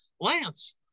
lance